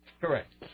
Correct